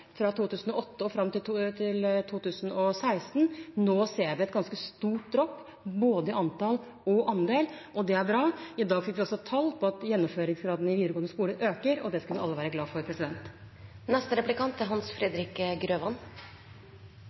fra 2008 fram til 2016. Nå ser vi et ganske stort «drop» både i antall og i andel. Det er bra. I dag fikk vi også tall på at gjennomføringsgraden i videregående skole øker, og det skal vi alle være glade for. Et av de forhold som Riksrevisjonen omtaler som sterkt kritikkverdig, er